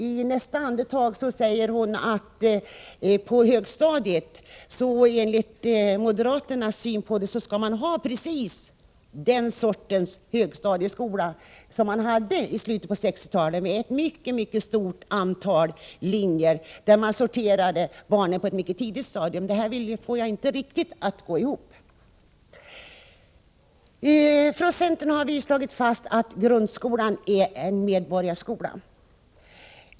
I nästa andetag säger hon att man på högstadiet, enligt moderaternas syn på saken, skall ha precis det system som man hade i slutet av 1960-talet, då man hade ett mycket stort antal linjer där barnen på ett mycket tidigt stadium sorterades. Detta får jag inte riktigt att gå ihop. Från centerns sida har vi slagit fast att grundskolan är en medborgarskola.